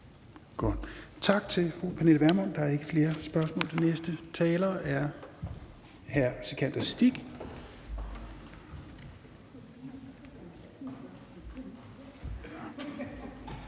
Tak til fru Pernille Vermund. Der er ikke flere spørgsmål. Den næste taler er hr. Sikandar